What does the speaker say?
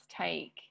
take